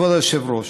כבוד היושב-ראש,